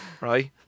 Right